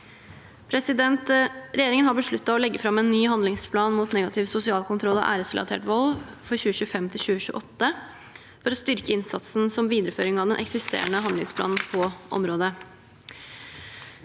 Regjeringen har besluttet å legge fram en ny handlingsplan mot negativ sosial kontroll og æresrelatert vold for 2025–2028 for å styrke innsatsen som videreføring av den eksisterende handlingsplanen på området.